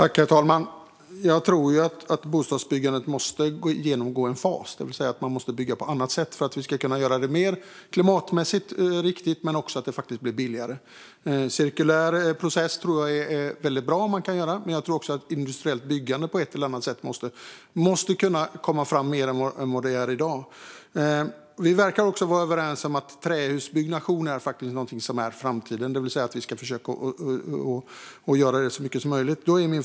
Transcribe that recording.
Herr talman! Jag tror att bostadsbyggandet måste genomgå en omställning, det vill säga vi måste bygga på ett annat sätt för att göra det både mer klimatmässigt riktigt och billigare. Jag tror att en cirkulär process vore bra, men även det industriella byggandet måste fram mer än i dag. Vi verkar också vara överens om att trähusbyggnation är framtiden och att vi ska bygga så mycket som möjligt i trä.